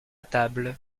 table